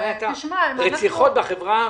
את הרציחות בחברה הערבית,